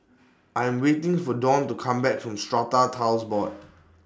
I Am waiting For Dawne to Come Back from Strata Titles Board